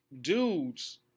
Dudes